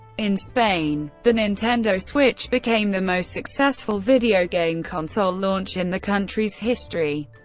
in spain, the nintendo switch became the most successful video game console launch in the country's history,